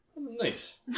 nice